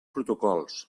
protocols